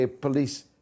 police